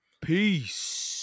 Peace